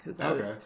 Okay